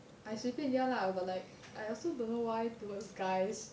I 随便 ya lah but like I also don't know why towards guys